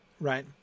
right